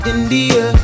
India